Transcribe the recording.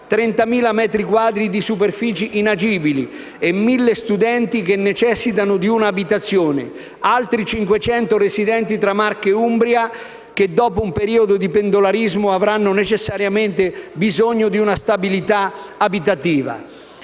30.000 i metri quadri di superfici inagibili, 1.000 gli studenti che necessitano di una abitazione e altri 500 residenti tra Marche e Umbria che, dopo un periodo di pendolarismo, avranno l'esigenza di una stabilità abitativa.